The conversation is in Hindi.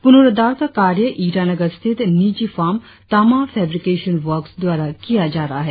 पुनरुद्धार का कार्य ईटानगर स्थित निजी फर्म तामा फेब्रिकेशन वर्क्स द्वारा किया जा रहा है